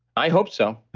i hope so.